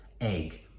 egg